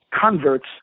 converts